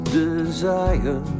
desire